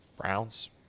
Browns